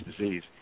disease